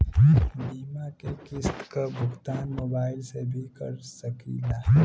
बीमा के किस्त क भुगतान मोबाइल से भी कर सकी ला?